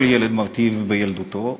כל ילד מרטיב בילדותו,